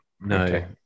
no